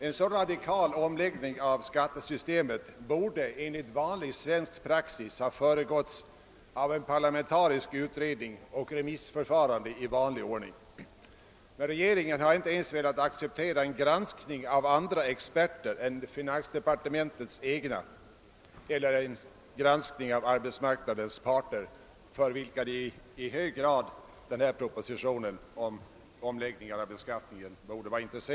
En så radikal omläggning av skattesystemet borde enligt praxis ha föregåtts av en parlamentarisk utredning och remissförfarande i vanlig ordning. Men regeringen har inte ens velat acceptera en granskning av andra experter än finansdepartementets egna eller en granskning av arbetsmarknadens parter, vilka i hög grad borde vara intresserade av denna proposition om omläggning av beskattningen.